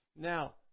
Now